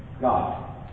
God